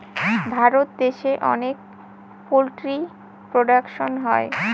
ভারত দেশে অনেক poultry production হয়